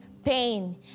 pain